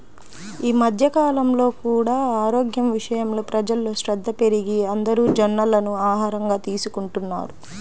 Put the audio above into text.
ఈ మధ్య కాలంలో కూడా ఆరోగ్యం విషయంలో ప్రజల్లో శ్రద్ధ పెరిగి అందరూ జొన్నలను ఆహారంగా తీసుకుంటున్నారు